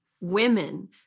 women